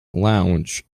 lounge